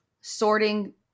sorting